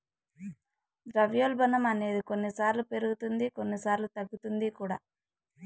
ద్రవ్యోల్బణం అనేది కొన్నిసార్లు పెరుగుతుంది కొన్నిసార్లు తగ్గుతుంది కూడా